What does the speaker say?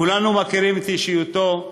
כולנו מכירים את אישיותו,